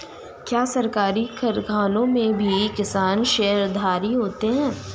क्या सरकारी कारखानों में भी किसान शेयरधारी होते हैं?